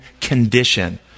condition